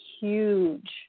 huge